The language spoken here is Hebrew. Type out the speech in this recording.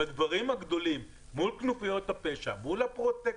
בדברים הגדולים מול כנופיות הפשע, מול הפרוטקשן,